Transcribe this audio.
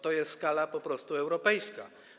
To jest skala po prostu europejska.